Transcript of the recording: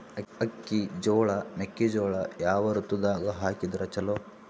ಅಕ್ಕಿ, ಜೊಳ, ಮೆಕ್ಕಿಜೋಳ ಯಾವ ಋತುದಾಗ ಹಾಕಿದರ ಚಲೋ?